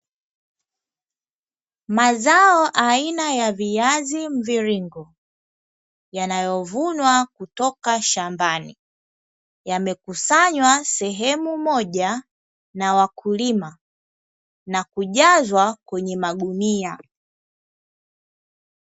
Mazao aina ya viazi mviringo yanayovunwa kutoka shambani yamekusanywa sehemu moja na wakulima na kujazwa kwenye magunia.